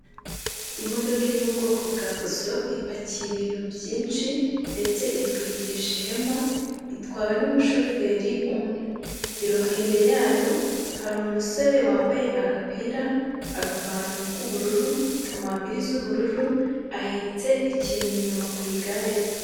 Imodoka iri mu bwoko bwa fuso, ipakiye ibintu byinshi ndetse itwikirije ihema, itwawe n'umushoferi umwe, imbere yayo hari umusore, wambaye agapira, agapantaro k'ubururu, kamambiri z'ubururu, ahetse ikintu inyuma ku igare rye.